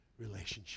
relationship